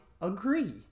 agree